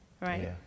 right